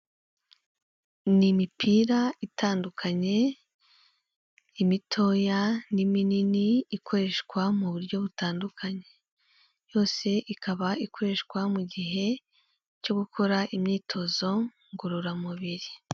Ni imipira itandukanye imitoya n'iminini ikoreshwa mu buryo butandukanye yose ikaba ikoreshwa mu gihe cyo gukora imyitozo ngororamubiri.